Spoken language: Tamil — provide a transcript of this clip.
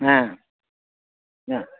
ஆ ஆ